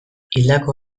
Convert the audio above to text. hildako